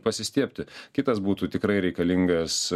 pasistiebti kitas būtų tikrai reikalingas